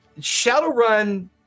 Shadowrun